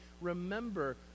remember